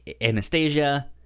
Anastasia